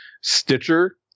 stitcher